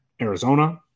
Arizona